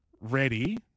ready